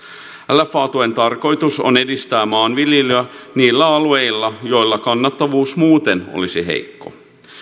lfa tuen tarkoitus on edistää maanviljelyä niillä alueilla joilla kannattavuus muuten olisi heikko